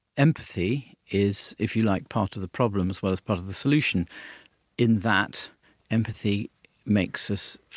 empathy is, if you like, part of the problem as well as part of the solution in that empathy makes us,